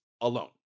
alone